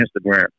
Instagram